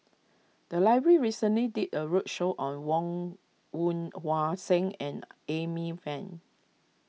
the library recently did a roadshow on Woon Wah Hua Siang and Amy Van